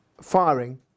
Firing